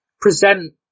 present